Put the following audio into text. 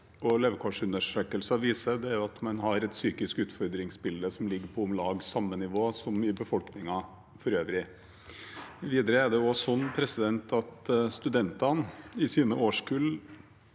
levekårsundersøkelsen viser, er at man har et psykisk utfordringsbilde som ligger på om lag samme nivå som i befolkningen for øvrig. Videre er det også sånn at studentene i sine årskull